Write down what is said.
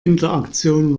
interaktion